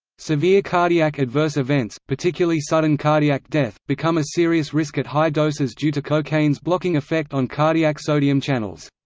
severe cardiac adverse events, particularly sudden cardiac death, become a serious risk at high doses due to cocaine's blocking effect on cardiac sodium channels.